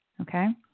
Okay